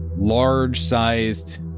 large-sized